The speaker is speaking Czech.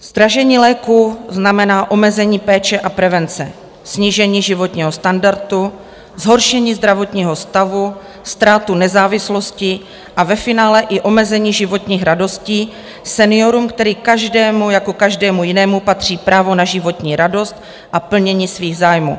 Zdražení léků znamená omezení péče a prevence, snížení životního standardu, zhoršení zdravotního stavu, ztrátu nezávislosti a ve finále i omezení životních radostí seniorům, kterým jako každému jinému patří právo na životní radost a plnění jejich zájmů.